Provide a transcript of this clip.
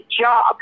job